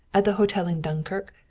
at the hotel in dunkirk,